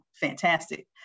fantastic